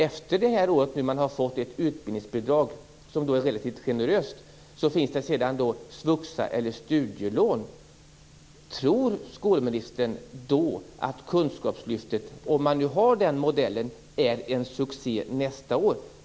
Efter det här året, när man fått ett utbildningsbidrag som är relativt generöst, finns det svuxa eller studielån. Tror då skolministern att kunskapslyftet, om man har den här modellen, är en succé nästa år?